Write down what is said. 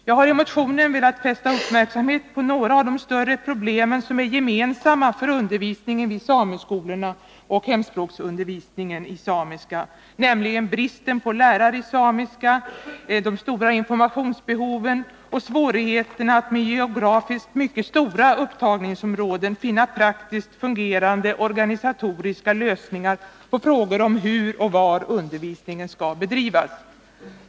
Jag har i motionen velat fästa uppmärksamheten på några av de större problemen, som är gemensamma för undervisningen i sameskolorna och hemspråksundervisningen i samiska, nämligen bristen på lärare i samiska, de stora informationsbehoven och svårigheterna att med geografiskt mycket stora upptagningsområden finna praktiskt fungerande organisatoriska lösningar på frågor om hur och var undervisningen skall bedrivas.